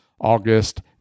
August